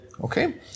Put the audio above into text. Okay